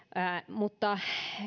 mutta